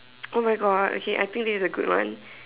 oh my God okay I think this is a good one